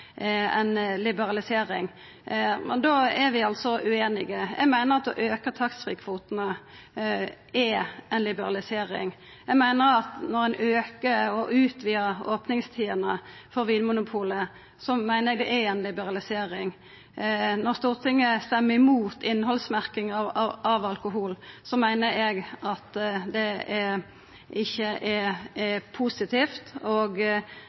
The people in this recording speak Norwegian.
liberalisering. Men då er vi altså ueinige. Eg meiner at å auka taxfree-kvotane er ei liberalisering. Når ein aukar og utvidar opningstidene for Vinmonopolet, meiner eg at det er ei liberalisering. Når Stortinget røystar imot innhaldsmerking av alkohol, meiner eg det ikkje er positivt. Når ein òg røystar imot at Vinmonopolet skal overta taxfree-ordninga, er